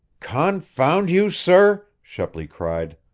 confound you, sir! shepley cried.